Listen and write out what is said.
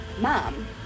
mom